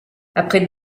après